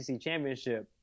championship